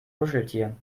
kuscheltier